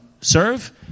serve